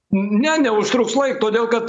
ne neužtruks laik todėl kad